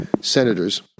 senators